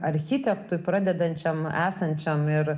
architektui pradedančiam esančiam ir